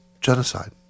genocide